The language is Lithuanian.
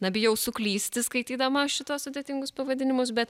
na bijau suklysti skaitydama šituos sudėtingus pavadinimus bet